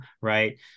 Right